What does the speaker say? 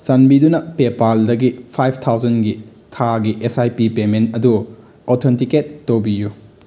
ꯆꯥꯟꯕꯤꯗꯨꯅ ꯄꯦꯄꯥꯜꯗꯒꯤ ꯐꯥꯏꯚ ꯊꯥꯎꯖꯟꯒꯤ ꯊꯥꯒꯤ ꯑꯦꯁ ꯑꯥꯏ ꯄꯤ ꯄꯦꯃꯦꯟ ꯑꯗꯨ ꯑꯣꯊꯦꯟꯇꯤꯀꯦꯠ ꯇꯧꯕꯤꯌꯨ